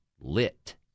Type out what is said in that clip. lit